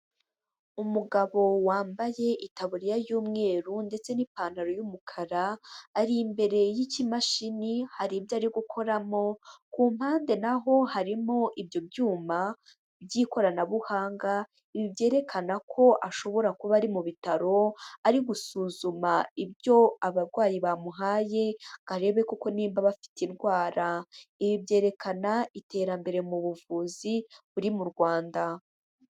Umugabo wambaye itaburiya y'umweru ndetse n'ipantaro y'umukara, ari imbere y'ikimashini hari ibyo ari gukoramo, ku mpande naho harimo ibyo byuma by'ikoranabuhanga ibi byerekana ko ashobora kuba ari mu bitaro ari gusuzuma ibyo abarwayi bamuhaye ngo arebe kuko nimba bafite indwara, ibi byerekana iterambere mu buvuzi buri mu Rwanda.